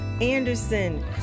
Anderson